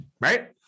right